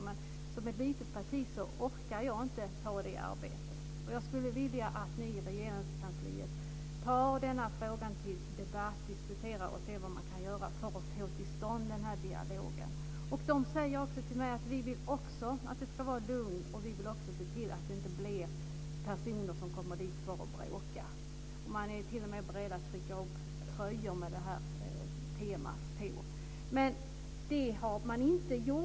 Som företrädare för ett litet parti orkar jag inte ta det arbetet. Jag skulle vilja att ni i Regeringskansliet tar upp denna fråga till debatt, diskuterar och ser vad man kan göra för att få till stånd denna dialog. De säger också till mig att de vill att det ska vara lugnt och vill se till att det inte kommer dit personer för att bråka. De är t.o.m. beredda att trycka upp tröjor med detta tema på. Detta har inte skett.